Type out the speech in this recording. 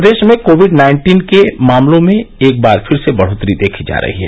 प्रदेश में COVID nineteen के मामलों में एक बार फिर से बढ़ोत्तरी देखी जा रही है